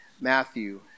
Matthew